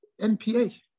NPA